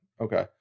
Okay